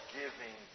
giving